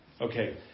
Okay